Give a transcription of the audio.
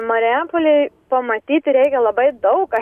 marijampolėj pamatyti reikia labai daug ką